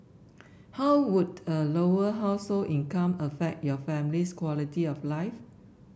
how would a Lower Household income affect your family's quality of life